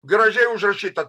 gražiai užrašyta